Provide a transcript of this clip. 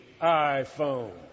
iPhone